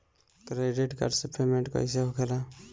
Credit card से payment कईसे होखेला?